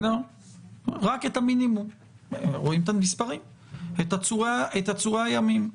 רק את המינימום - רואים את המספרים - את עצורי הימים,